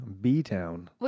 B-Town